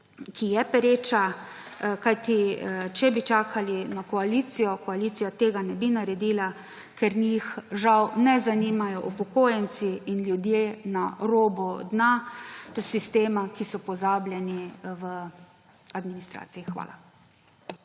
ki je pereča, kajti, če bi čakali na koalicijo, koalicija tega ne bi naredila, ker njih žal ne zanimajo upokojenci in ljudje na robu dna sistema, ki so pozabljeni v administraciji. Hvala.